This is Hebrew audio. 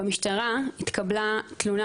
במוקד המשטרה התקבלה תלונה